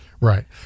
right